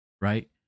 right